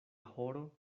horo